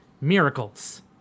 Miracles